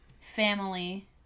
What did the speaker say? family